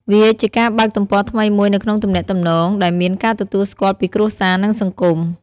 វាជាការបើកទំព័រថ្មីមួយនៅក្នុងទំនាក់ទំនង ដែលមានការទទួលស្គាល់ពីគ្រួសារ និងសង្គម។